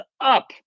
up